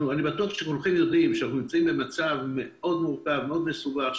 אני בטוח שכולנו יודעים שאנחנו נמצאים במצב מאוד מורכב ומאוד מסובך,